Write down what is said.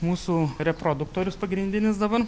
mūsų reproduktorius pagrindinis dabar